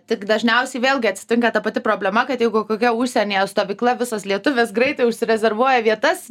tik dažniausiai vėlgi atsitinka ta pati problema kad jeigu kokia užsienyje stovykla visos lietuvės greitai užsirezervuoja vietas